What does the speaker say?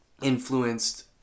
influenced